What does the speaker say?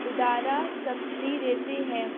ادارہ سبسڈی دیتے ہیں